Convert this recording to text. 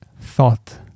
thought